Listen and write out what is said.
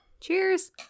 Cheers